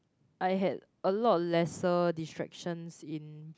I had a lot lesser distractions in